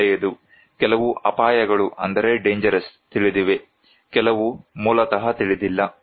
ಒಳ್ಳೆಯದು ಕೆಲವು ಅಪಾಯಗಳು ತಿಳಿದಿವೆ ಕೆಲವು ಮೂಲತಃ ತಿಳಿದಿಲ್ಲ